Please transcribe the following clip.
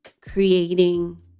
creating